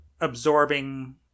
absorbing